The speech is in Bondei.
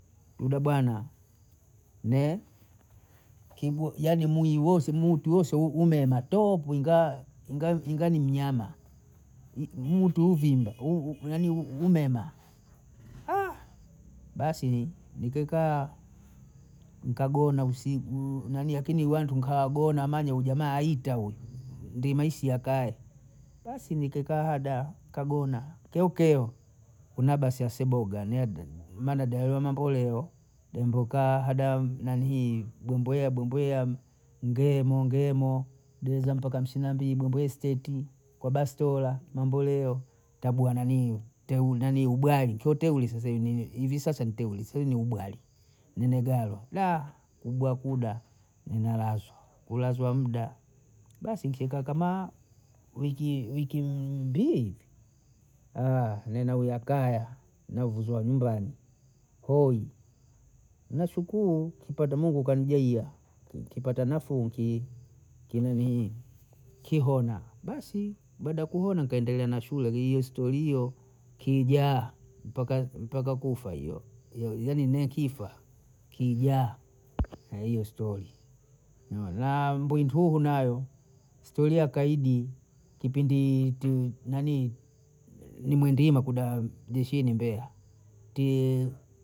Yule bwana kigu yaani mwiyi wose mutu yose umematopu inga ingawa ni mnyama m- mtu ivimba onanii umema basi nikaekaa nikagona usi nanii lakini wantu nikawagona manya huyu jamaa aita huyu ndimisya akae, basi nikekaa hada, kagona keokeo kuna basi aseboga nyiede imanya daiwa mambo leo dembo kaha hada nanii domboya domboya ndemo ndemo geuza mpaka hamsina ndibu mbwe hesteti kwa bastola mambo leo, tabu ananii teu nanii ubwali keuteuli sasa hivi sasa nteuli seuni ubwali nimegawa kubwa kuda ninalazwa kulazwa muda, basi kie kaukama wiki wiki mbili hivi nene uya kaya navuzwa nyumbani koyi, nasukurunkipato Mungu kanigaiya kipata mafunki kininihii kihona, basi baada ya kumuni kaendelea na shule iyo stori iyo kijaa mpaka kufa hiyo hiyo yani nikifa kijaa hiyo stori naona, wa mbwituhu nao stori ya kaidi kipindi ti nanii nimwendine kuda jeshini Mbeya ti